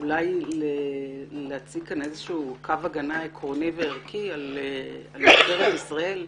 אולי להציג כאן קו הגנה עקרוני וערכי על משטרת ישראל,